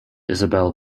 isabel